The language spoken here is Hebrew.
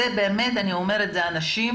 אני אומרת שאלה אנשים,